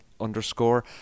underscore